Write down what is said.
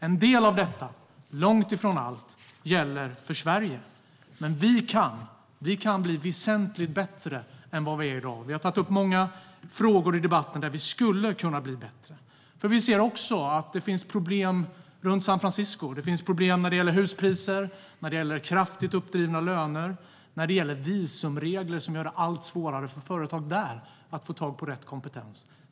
En del av detta, men långt ifrån allt, gäller för Sverige. Men vi kan bli väsentligt bättre än vi är i dag. Vi har tagit upp många frågor i debatten där vi skulle kunna bli det. Vi ser att det också finns problem runt San Francisco. Det finns problem med huspriser, kraftigt uppdrivna löner och visumregler, som gör det allt svårare för företag där att få tag i rätt kompetens.